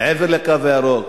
מעבר ל"קו הירוק",